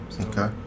Okay